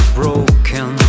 broken